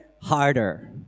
harder